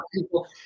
people